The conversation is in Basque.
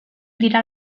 dira